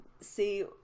see